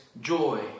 joy